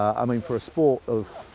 i mean for a sport of